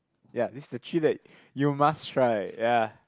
ya this is the three that you must try ya